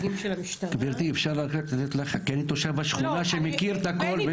גבירתי, אני תושב השכונה שמכיר את הכול.